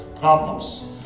problems